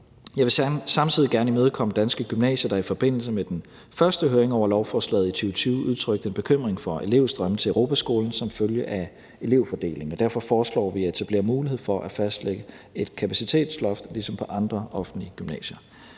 Jeg vil samtidig gerne imødekomme Danske Gymnasier, der i forbindelse med den første høring over lovforslaget i 2020 udtrykte bekymring for elevtilstrømningen til Europaskolen som følge af elevfordelingen, og derfor foreslår vi at etablere mulighed for at fastlægge et kapacitetsloft ligesom på andre offentlige gymnasier.